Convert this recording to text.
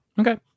Okay